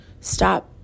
stop